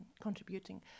contributing